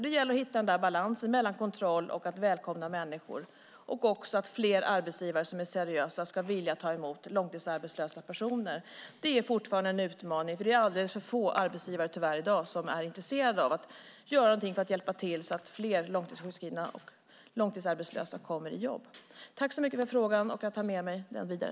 Det gäller att hitta balansen mellan kontroll och att välkomna människor, och det gäller också att fler arbetsgivare som är seriösa ska vilja ta emot långtidsarbetslösa personer. Det är fortfarande en utmaning, för det är tyvärr alldeles för få arbetsgivare som i dag är intresserade av att göra något för att hjälpa till så att fler långtidssjukskrivna och långtidsarbetslösa kommer i jobb. Tack så mycket för frågan! Jag tar med mig den vidare.